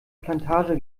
plantage